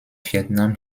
vietnam